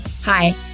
Hi